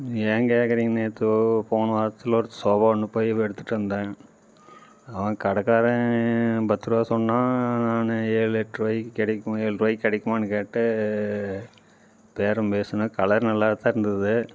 ஏன் கேட்குறிங்க நேற்று போன வாரத்தில் ஒரு சோபா ஒன்று போய் எடுத்துகிட்டு வந்தேன் அவன் கடை காரன் பத்துருபா சொன்னான் நானு ஏழு எட்ருபாய்க்கு கிடைக்கும் ஏழ்ருபாய்க்கு கெடைக்குமானு கேட்டு பேரம் பேசினேன் கலர் நல்லாத்தான் இருந்தது